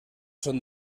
són